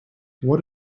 what